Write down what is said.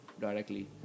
directly